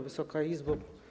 Wysoka Izbo!